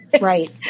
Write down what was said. Right